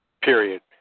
period